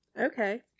Okay